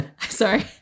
Sorry